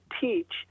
teach